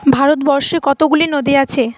ভারতবর্ষে কতোগুলি নদী আছে